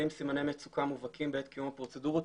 סימני מצוקה מובהקים בעת קיום הפרוצדורות,